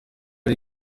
ari